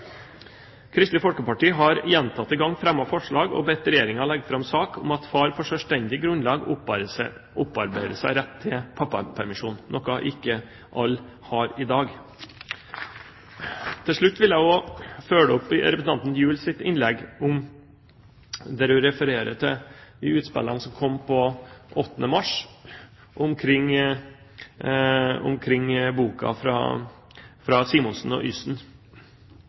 Kristelig Folkeparti har gjentatte ganger fremmet forslag og bedt Regjeringen legge fram sak om at far på selvstendig grunnlag opparbeider seg rett til pappapermisjon, noe ikke alle har i dag. Til slutt vil jeg følge opp representanten Gjuls innlegg, der hun refererer til de utspillene som kom 8. mars omkring boka fra Simonsen og Yssen.